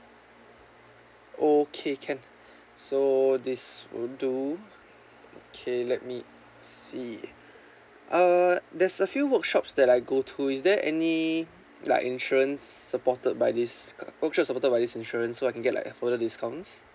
okay can so this will do okay let me see uh there's a few workshops that I go to is there any like insurance supported by this workshops supported by this insurance so I can get like a further discounts